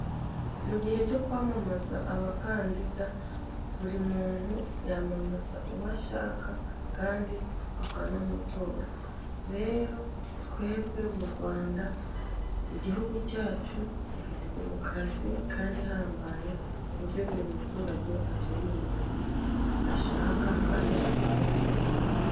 Mu gihe cyo kwamamaza abakandida, buri muntu yamamaza uwo ashaka kandi akanamutora. Rero twebwe mu Rwanda Igihugu cyacu gifite demokarasi kandi ihambaye ku buryo buri muturage atora umuyobozi ashaka kandi abonamo ubushobozi